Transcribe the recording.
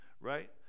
right